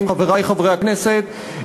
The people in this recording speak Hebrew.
חברי חברי הכנסת,